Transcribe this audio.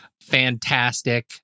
fantastic